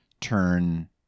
turn